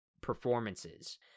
performances